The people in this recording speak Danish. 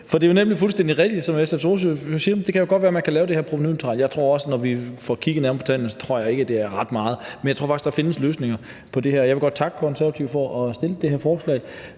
For det er jo nemlig fuldstændig rigtigt, som SF's ordfører siger, at det godt kan være, at man kan lave det her provenuneutralt, og jeg tror også, at det, når vi får kigget nærmere på tallene, så ikke er ret meget. Men jeg tror faktisk, der findes løsninger på det her, og jeg vil godt takke De Konservative for at fremsætte det her forslag,